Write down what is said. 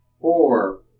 Four